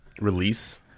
release